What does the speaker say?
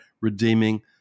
redeeming